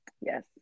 yes